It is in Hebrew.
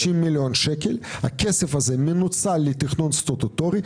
60 מיליון שקל, הכסף מנוצל לתכנון סטטוטורי.